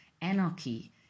Anarchy